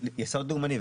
יסוד לאומני.